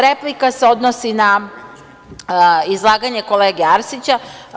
Replika se odnosi na izlaganje kolege Arsića.